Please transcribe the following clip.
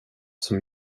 som